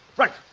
right,